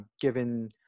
given